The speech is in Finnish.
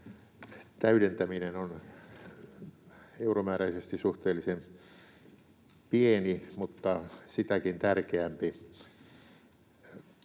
täydentäminen on euromääräisesti suhteellisen pieni mutta sitäkin tärkeämpi.